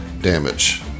damage